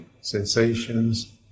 sensations